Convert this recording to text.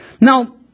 Now